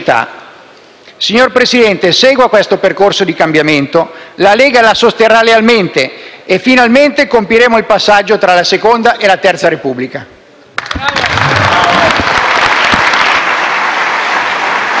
Signor Presidente, segua questo percorso di cambiamento; la Lega la sosterrà lealmente, e finalmente compiremo il passaggio tra la seconda e la terza Repubblica.